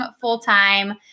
full-time